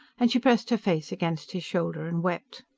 and she pressed her face against his shoulder, and wept.